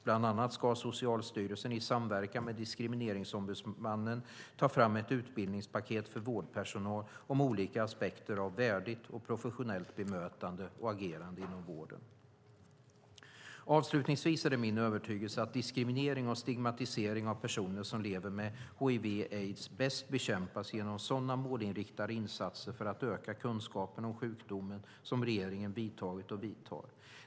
Bland annat ska Socialstyrelsen, i samverkan med Diskrimineringsombudsmannen, ta fram ett utbildningspaket för vårdpersonal om olika aspekter av värdigt och professionellt bemötande och agerande inom vården. Avslutningsvis är det min övertygelse att diskriminering och stigmatisering av personer som lever med hiv/aids bäst bekämpas genom sådana målinriktade insatser för att öka kunskapen om sjukdomen som regeringen vidtagit och vidtar.